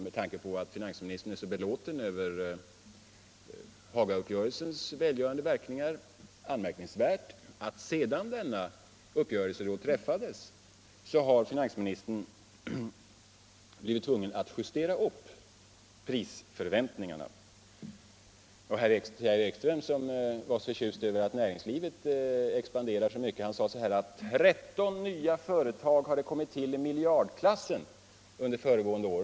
Med tanke på att finansministern är så belåten med Hagauppgörelsens välgörande verkningar är det anmärkningsvärt, att sedan denna uppgörelse träffades har finansministern blivit tvungen att justera upp procenttalet för de väntade prishöjningarna. Herr Ekström, som försökt göra gällande att näringslivet expanderar så kraftigt, sade att 13 nya företag i miljardklassen kom till föregående år.